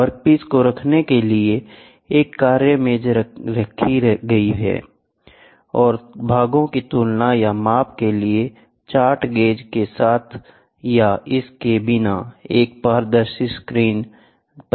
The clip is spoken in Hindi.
वर्कपीस को रखने के लिए एक कार्य मेज रखी गई है और भागों की तुलना या माप के लिए चार्ट गेज के साथ या इसके बिना एक पारदर्शी स्क्रीन है